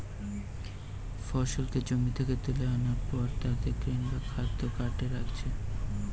ফসলকে জমি থিকে তুলা আনার পর তাকে গ্রেন বা খাদ্য কার্টে রাখছে